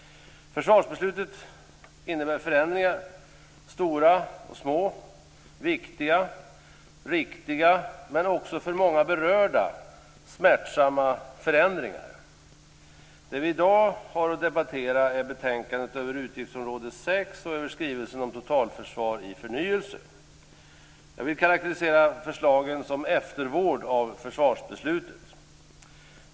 Försvarsbeslutet innebär förändringar - stora och små, viktiga, riktiga, men för många berörda också smärtsamma - förändringar. Det vi i dag har att debattera är betänkandet gällande Utgiftsområde 6 och skrivelsen Totalförsvar i förnyelse. Jag vill karakterisera förslagen som eftervård av försvarsbeslutet.